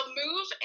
move